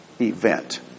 event